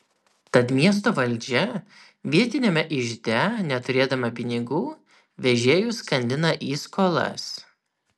tad miesto valdžia vietiniame ižde neturėdama pinigų vežėjus skandina į skolas